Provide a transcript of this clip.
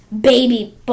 baby